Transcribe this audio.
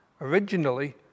Originally